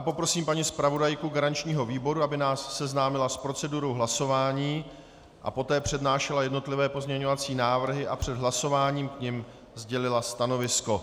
Poprosím paní zpravodajku garančního výboru, aby nás seznámila s procedurou hlasování a poté přednášela jednotlivé pozměňovací návrhy a před hlasováním k nim sdělila stanovisko.